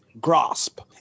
grasp